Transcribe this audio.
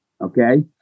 okay